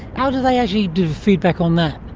how do they actually do feedback on that?